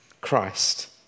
Christ